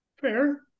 Fair